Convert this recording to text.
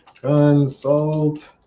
Consult